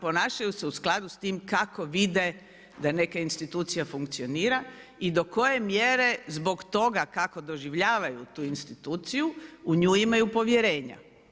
Ponašaju se u skladu s tim kako vide da neka institucija funkcionira i do koje mjere zbog toga kako doživljavaju tu instituciju u nju imaju povjerenja.